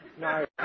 No